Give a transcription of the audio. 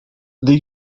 they